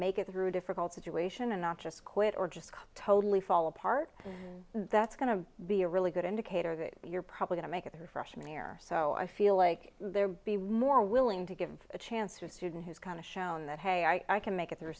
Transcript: make it through a difficult situation and not just quit or just totally fall apart that's going to be a really good indicator that you're probably gonna make it her freshman year so i feel like there be more willing to give a chance to student who's kind of shown that hey i can make it through